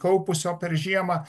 kaupusio per žiemą